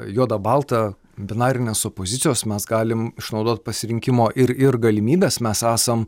juoda balta binarinės opozicijos mes galim išnaudot pasirinkimo ir ir galimybes mes esam